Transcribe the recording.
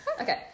Okay